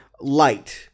light